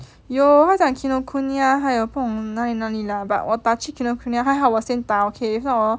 有他讲 Kinokuniya 还有不懂哪里哪里啦 but 我打去 Kinokuniya 还好我先打 okay if not hor